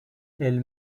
elle